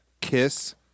kiss